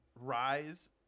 Rise